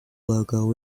logo